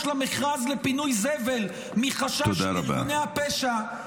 למכרז לפינוי זבל מחשש מארגוני הפשע -- תודה רבה.